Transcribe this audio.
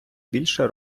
більше